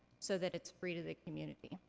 so that it's free to the community.